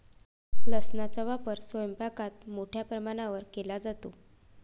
लसणाचा वापर स्वयंपाकात मोठ्या प्रमाणावर केला जातो